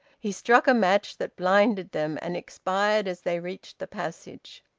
he struck a match, that blinded them and expired as they reached the passage.